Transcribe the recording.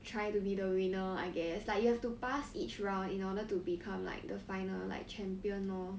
try to be the winner I guess like you have to pass each round in order to become like the final like champion lor